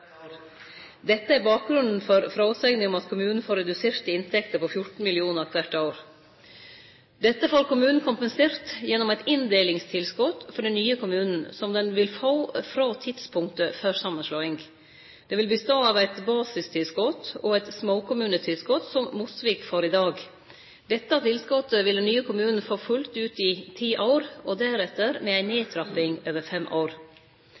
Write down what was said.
Dette er bakgrunnen for fråsegna om at kommunen får reduserte inntekter på 14 mill. kr kvart år. Dette får kommunen kompensert gjennom eit inndelingstilskot for den nye kommunen, som den vil få frå tidspunktet for samanslåing. Det vil bestå av eit basistilskot og eit småkommunetilskot, som Mosvik får i dag. Dette tilskotet vil den nye kommunen få fullt ut i ti år, og deretter med ei nedtrapping over fem år.